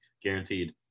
guaranteed